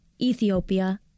Ethiopia